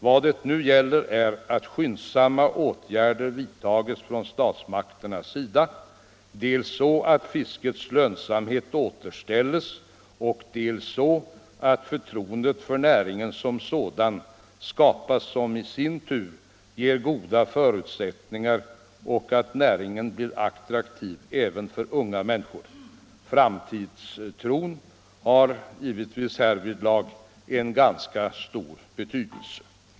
Vad det nu gäller är att skyndsamma åtgärder vidtas från statsmakternas sida — dels så att fiskets lönsamhet återställs, dels så att ett förtroende för näringen som sådan skapas som i sin tur ger goda förutsättningar och gör att näringen blir attraktiv även för unga människor. Framtidstron har givetvis härvidlag ganska stor betydelse.